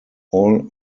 all